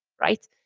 right